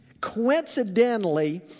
Coincidentally